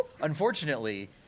Unfortunately